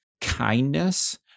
kindness